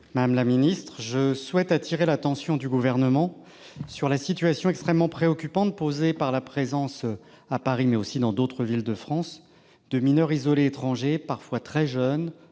Madame la secrétaire d'État, je souhaite attirer l'attention du Gouvernement sur la situation extrêmement préoccupante provoquée par la présence, à Paris, mais aussi dans d'autres villes de France, de mineurs isolés étrangers, parfois très jeunes,